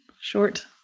short